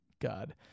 god